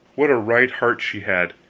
what a right heart she had,